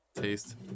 taste